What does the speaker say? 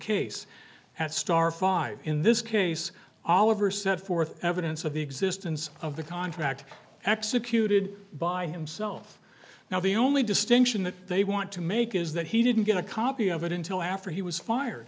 case at star five in this case all over set forth evidence of the existence of the contract executed by himself now the only distinction that they want to make is that he didn't get a copy of it until after he was fired